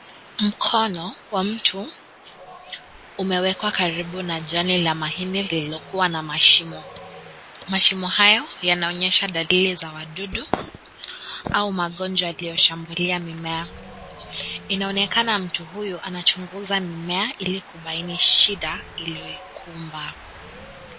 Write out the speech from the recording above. Mkono wa mtu, umewekwa karibu na jani la mahindi lililokua na mashimo. Mashimo hayo yanaonyesha dalili za wadudu au magonjwa yaliyoshambulia mimea. Inaonekana mtu huyu anachunguza mimea ili kubaini shida iliyoikumba.